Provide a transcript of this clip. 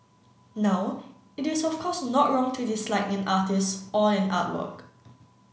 now it is of course not wrong to dislike an artist or an artwork